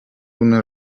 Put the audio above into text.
una